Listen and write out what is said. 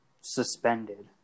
suspended